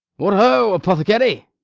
what, ho! apothecary!